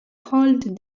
cold